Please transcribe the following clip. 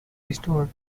restored